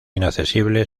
inaccesible